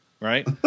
right